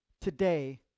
today